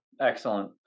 excellent